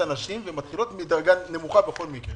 הנשים ומתחילות מדרגה נמוכה בכל מקרה.